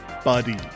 Buddy